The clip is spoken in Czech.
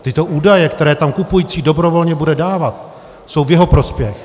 Tyto údaje, které tam kupující dobrovolně bude dávat, jsou v jeho prospěch.